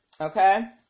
Okay